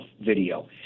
video